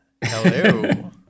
Hello